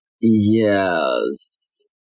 yes